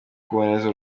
kuboneza